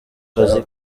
kazi